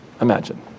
Imagine